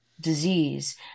disease